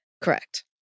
Correct